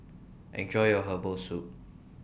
Enjoy your Herbal Soup